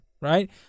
right